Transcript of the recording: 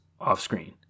off-screen